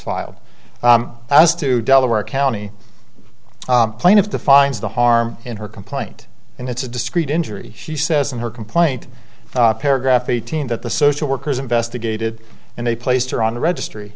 filed as to delaware county plaintiff defines the harm in her complaint and it's a discreet injury she says in her complaint paragraph eighteen that the social workers investigated and they placed her on the registry